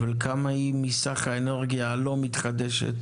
אבל כמה היא מסך האנרגיה הלא מתחדשת?